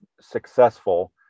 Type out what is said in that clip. successful